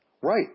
Right